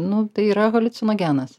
nu tai yra haliucinogenas